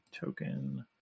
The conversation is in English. Token